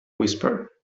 whisper